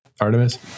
Artemis